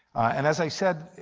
and as i said,